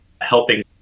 helping